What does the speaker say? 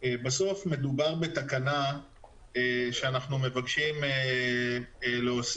בסוף מדובר בתקנה שאנחנו מבקשים להוסיף